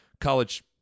college